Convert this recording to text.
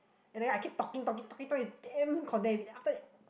and then I keep talking talking talking talking damn content heavy then after that